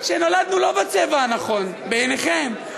שנולדנו לא בצבע הנכון בעיניכם,